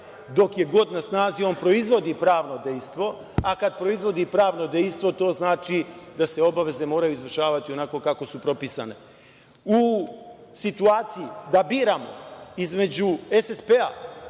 Dok je god na snazi, on proizvodi pravno dejstvo. Kad proizvodi pravno dejstvo, to znači da se obaveze moraju izvršavati onako kako su propisane.U situaciji da biram između SSP,